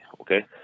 okay